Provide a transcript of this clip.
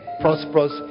prosperous